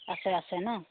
আছে আছে ন